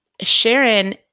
Sharon